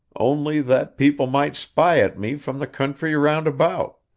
only that people might spy at me from the country round about.